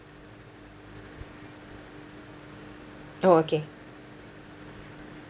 oh okay